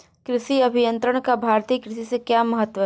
कृषि अभियंत्रण का भारतीय कृषि में क्या महत्व है?